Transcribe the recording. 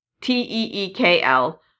T-E-E-K-L